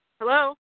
Hello